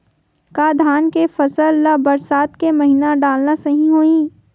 का धान के फसल ल बरसात के महिना डालना सही होही?